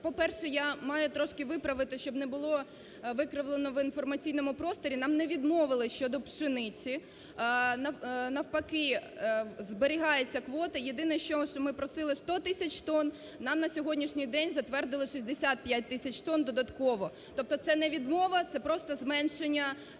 По-перше, я маю трошки виправити, щоб не було викривлено в інформаційному просторі. Нам не відмовили щодо пшениці, навпаки – зберігається квота. Єдине що, що ми просили сто тисяч тонн, нам на сьогоднішній день затвердили 65 тисяч тонн додатково, тобто це не відмова, це просто зменшення